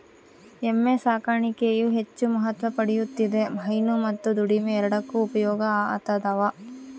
ಎಮ್ಮೆ ಸಾಕಾಣಿಕೆಯು ಹೆಚ್ಚು ಮಹತ್ವ ಪಡೆಯುತ್ತಿದೆ ಹೈನು ಮತ್ತು ದುಡಿಮೆ ಎರಡಕ್ಕೂ ಉಪಯೋಗ ಆತದವ